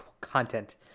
content